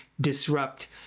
disrupt